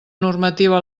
normativa